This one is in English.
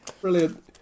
Brilliant